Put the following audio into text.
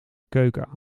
keuken